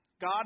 God